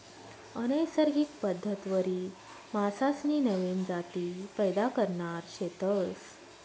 अनैसर्गिक पद्धतवरी मासासनी नवीन जाती पैदा करणार शेतस